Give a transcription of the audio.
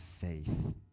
faith